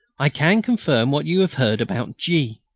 i can confirm what you have heard about g.